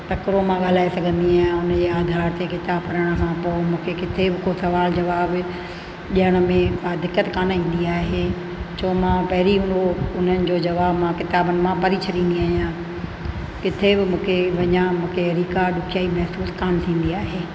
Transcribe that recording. तकिड़ो मां ॻाल्हाए सघंदी आहियां उनजे आधार ते किताब पढ़ण खां पोइ मूंखे किथे बि को सुवाल जवाबु कोई ॾेयण में का दिक़तु कोन्ह ईंदी आहे छो त मां पहिरीं उन्हनि जो जवाबु मां किताबनि मां पढ़े छॾंदी आहियां किथे बि मूंखे वञा मूंखे रिकाड चई महिसूसु कोन्ह थींदी आहे